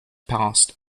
past